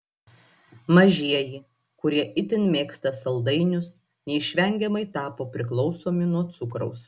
mažieji kurie itin mėgsta saldainius neišvengiamai tapo priklausomi nuo cukraus